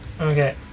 Okay